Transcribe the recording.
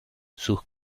sus